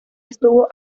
estuvo